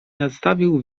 nadstawił